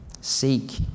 Seek